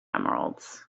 emeralds